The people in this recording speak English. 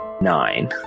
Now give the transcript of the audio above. Nine